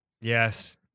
Yes